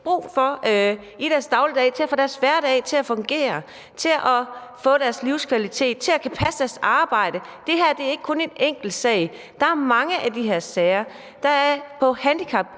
brug for i deres dagligdag for at få deres hverdag til at fungere, til at få livskvalitet, til at kunne passe deres arbejde? Det her er ikke kun en enkelt sag, der er mange af de her sager. På handicapområdet